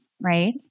right